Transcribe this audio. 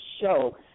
show